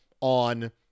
on